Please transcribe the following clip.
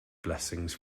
blessings